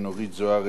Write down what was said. מסעוד גנאים,